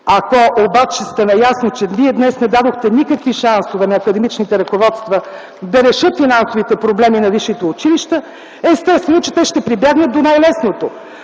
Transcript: Ако обаче сте наясно, че вие днес не дадохте никакви шансове на академичните ръководства да решат финансовите проблеми на висшите училища, естествено че те ще прибягнат до най-лесното